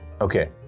Okay